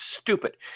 stupid